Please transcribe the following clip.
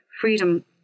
freedom